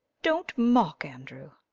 don't mock, andrew.